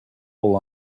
pull